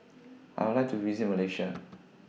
I Would like to visit Malaysia